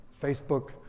Facebook